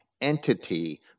entity